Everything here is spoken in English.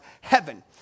heaven